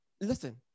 listen